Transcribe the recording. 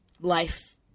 life